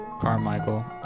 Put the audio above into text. Carmichael